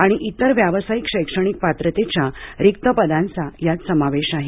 आणि इतर व्यावसायिक शैक्षणिक पात्रतेच्या रिक्त पदांचा यात समावेश आहे